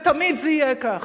ותמיד זה יהיה ככה.